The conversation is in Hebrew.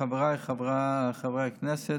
חבריי חברי הכנסת,